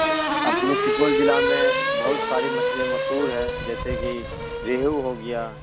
ارے اپنے سپول ضلع میں بہت ساری مچھلیاں مشہور ہیں جیسے کہ ریہو ہو گیا